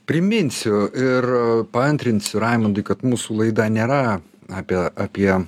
priminsiu ir paantrinsiu raimundai kad mūsų laida nėra apie apie